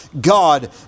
God